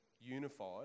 unified